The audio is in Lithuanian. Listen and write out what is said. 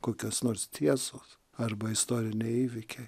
kokios nors tiesos arba istoriniai įvykiai